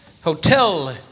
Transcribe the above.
Hotel